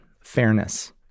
fairness